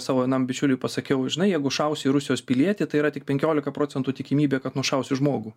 savo jaunam bičiuliui pasakiau žinai jeigu šausiu į rusijos pilietį tai yra tik penkiolika procentų tikimybė kad nušausiu žmogų